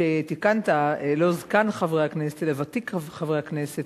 שתיקנת: לא זקן חברי הכנסת, אלא ותיק חברי הכנסת.